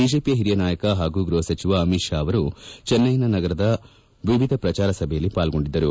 ಬಿಜೆಪಿಯ ಹಿರಿಯ ನಾಯಕ ಹಾಗೂ ಗೃಹ ಸಚಿವ ಅಮಿತ್ ಷಾ ಅವರು ಚೆನ್ನೈ ನಗರದ ವಿವಿಧೆಡೆ ಪ್ರಚಾರ ಸಭೆಯಲ್ಲಿ ಪಾಲ್ಗೊಂಡಿದ್ದರು